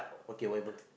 okay whatever